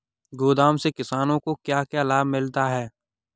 गोदाम से किसानों को क्या क्या लाभ मिलता है?